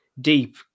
deep